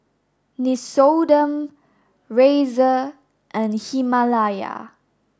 Nixoderm Razer and Himalaya